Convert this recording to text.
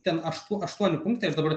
ten aštuo aštuoni punktai aš dabar